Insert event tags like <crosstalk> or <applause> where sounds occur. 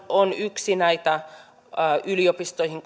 on yksi näistä yliopistoihin <unintelligible>